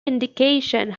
indication